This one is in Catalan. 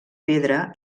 pedra